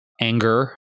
anger